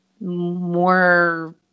more